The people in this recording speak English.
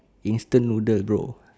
instant noodle bro